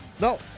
No